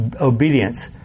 obedience